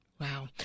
Wow